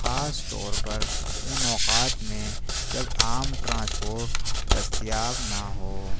خاص طور پر ان اوقات میں جب عام ٹرانسپورٹ دستیاب نہ ہو